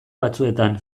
batzuetan